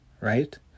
right